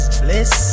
bliss